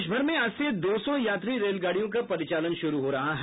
देशभर में आज से दो सौ यात्री रेलगाड़ियों का परिचालन शुरू हो रहा है